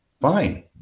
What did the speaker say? Fine